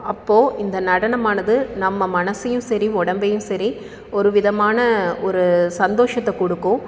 அப்போது இந்த நடனமானது நம்ம மனதையும் சரி உடம்பையும் சரி ஒரு விதமான ஒரு சந்தோஷத்தை கொடுக்கும்